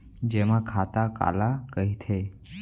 जेमा खाता काला कहिथे?